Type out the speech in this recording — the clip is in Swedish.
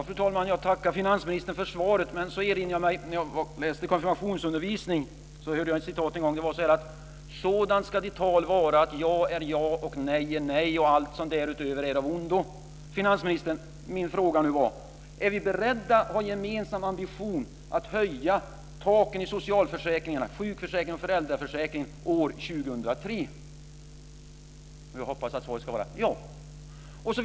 Fru talman! Jag tackar finansministern för svaret. Men så erinrar jag mig min konfirmationsundervisning. Då hörde jag följande: Sådant ska ditt tal vara att ja är ja och nej är nej och allt som därutöver är, är av ondo. Finansministern, min fråga var: Är vi beredda och har vi en gemensam ambition att höja taken i socialförsäkringarna, sjukförsäkringen och föräldraförsäkringen, år 2003? Jag hoppas att svaret ska vara ja.